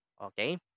okay